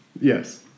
Yes